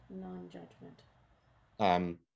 non-judgment